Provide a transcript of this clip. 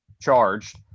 charged